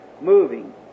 moving